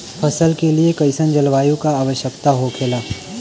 फसल के लिए कईसन जलवायु का आवश्यकता हो खेला?